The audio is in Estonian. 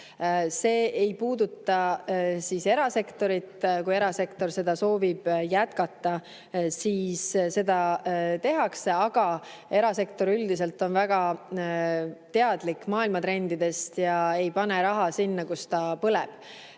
See ei puuduta erasektorit. Kui erasektor soovib seda jätkata, siis seda tehakse, aga erasektor üldiselt on väga teadlik maailmatrendidest ega pane raha sinna, kus ta põleb,